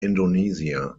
indonesia